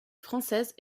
française